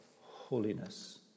holiness